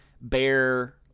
bear